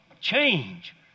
change